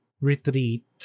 retreat